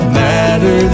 matter